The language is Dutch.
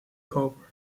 koper